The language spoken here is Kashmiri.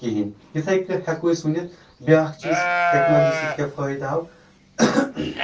کہیٖنۍ یِتھٕے کٔنۍ ہٮ۪کو أسۍ ؤنِتھ بیٛاکھ چیٖز ٹٮ۪کنالجی سۭتۍ کیٛاہ فٲیِدٕ آو